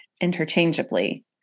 interchangeably